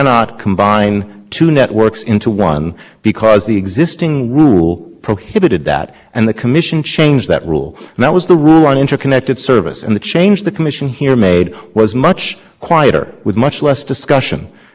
quieter with much less discussion than the other change but that rule had said previously that an interconnected service it is one which lets all users on a network send or receive calls to or from quote other users and the commission